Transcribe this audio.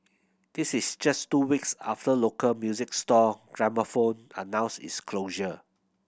this is just two weeks after local music store Gramophone announced its closure